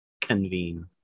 convene